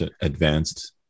advanced